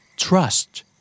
Trust